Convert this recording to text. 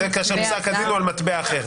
זה כאשר פסק הדין הוא על מטבע אחר.